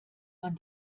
man